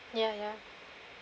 ya ya